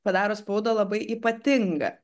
padaro spaudą labai ypatinga